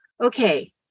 Okay